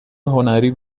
هنری